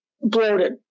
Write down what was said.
bloated